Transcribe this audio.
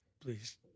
Please